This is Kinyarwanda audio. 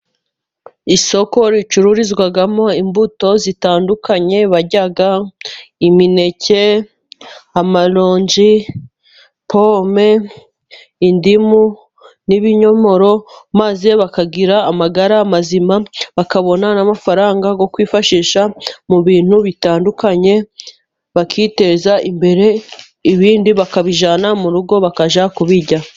Isoko ricururizwamo imbuto zitandukanye barya, imineke, amaronji, pome, indimu n'ibinyomoro maze bakagira amagara mazima, bakabona n'amafaranga yo kwifashisha mu bintu bitandukanye, bakiteza imbere, ibindi bakabijyana mu rugo bakajya kubirya.